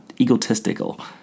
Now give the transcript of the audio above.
egotistical